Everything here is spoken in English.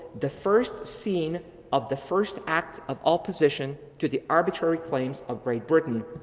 the first scene of the first act of all position to the arbitrary claims of great britain.